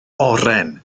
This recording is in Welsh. oren